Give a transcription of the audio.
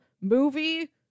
movie